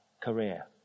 career